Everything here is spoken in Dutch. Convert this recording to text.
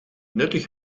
nuttig